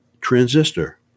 transistor